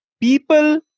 people